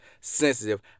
sensitive